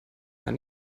jahr